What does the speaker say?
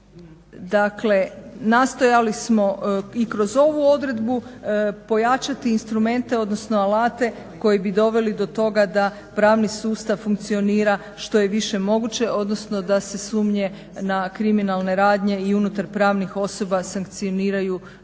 Dakle, nastojali smo i kroz ovu odredbu pojačati instrumente, odnosno alate koji bi doveli do toga da pravni sustav funkcionira što je više moguće, odnosno da se sumnje na kriminalne radnje i unutar pravnih osoba sankcioniraju više